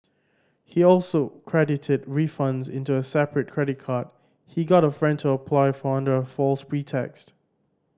he also credited refunds into a separate credit card he got a friend to apply for under a false pretext